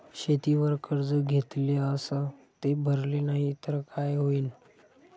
शेतीवर कर्ज घेतले अस ते भरले नाही तर काय होईन?